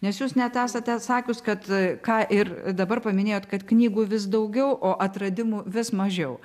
nes jūs net esate sakius kad ką ir dabar paminėjot kad knygų vis daugiau o atradimų vis mažiau